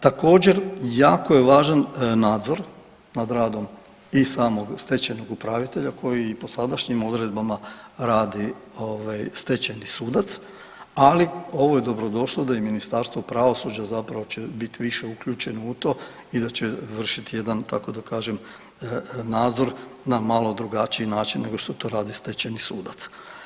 Također jako je važan nadzor nad radom i samog stečajnog upravitelja koji i po sadašnjim odredbama radi stečajni sudac, ali ovo je dobro došlo da i Ministarstvo pravosuđa će zapravo biti više uključeno u to i da će vršiti jedan tako da kažem nadzor na malo drugačiji način nego što to radi stečajni sudac.